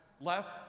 left